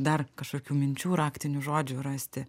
dar kažkokių minčių raktinių žodžių rasti